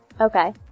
Okay